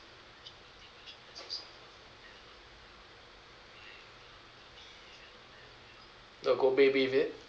kobe beef is it